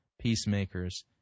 peacemakers